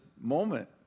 moment